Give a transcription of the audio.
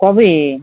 কবে